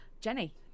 Jenny